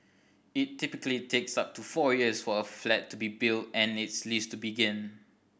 it typically takes up to four years for a flat to be built and its lease to begin